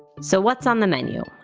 so what's on the menu?